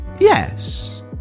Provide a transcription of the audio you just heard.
Yes